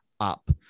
up